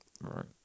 Right